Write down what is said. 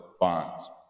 Bonds